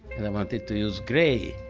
and i wanted to use gray.